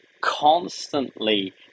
constantly